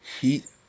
heat